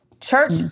Church